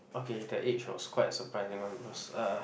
okay that age was quite a surprising one because uh